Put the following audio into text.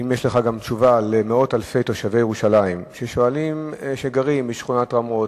אם יש לך גם תשובה למאות אלפי תושבי ירושלים שגרים בשכונת רמות,